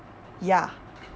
ya